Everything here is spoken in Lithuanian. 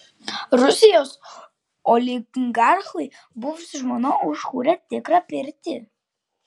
rusijos oligarchui buvusi žmona užkūrė tikrą pirtį